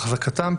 החזקתם,